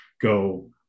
go